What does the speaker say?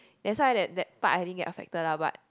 that's why that that part I didn't get affected lah but